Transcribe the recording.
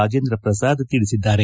ರಾಜೇಂದ್ರ ಪ್ರಸಾದ್ ತಿಳಿಸಿದ್ದಾರೆ